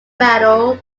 medal